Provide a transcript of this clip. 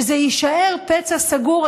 שזה יישאר פצע סגור,